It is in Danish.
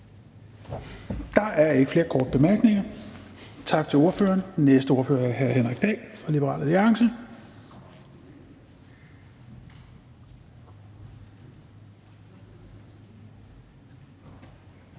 Der er ikke flere korte bemærkninger. Tak til ordføreren. Den næste ordfører er hr. Henrik Dahl, Liberal Alliance.